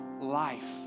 life